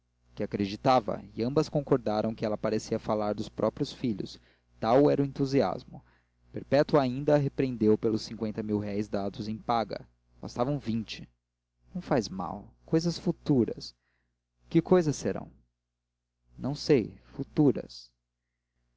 que acreditava e ambas concordaram que ela parecia falar dos próprios filhos tal era o entusiasmo perpétua ainda a repreendeu pelos cinquenta mil-réis dados em paga bastavam vinte não faz mal cousas futuras que cousas serão não sei futuras